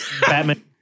Batman